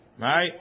right